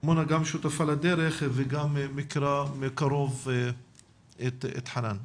שותפה לדרך וגם מכירה מקרוב את חנאן.